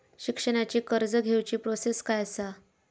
शिक्षणाची कर्ज घेऊची प्रोसेस काय असा?